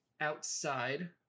outside